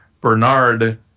Bernard